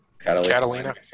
Catalina